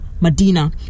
Medina